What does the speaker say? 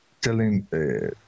telling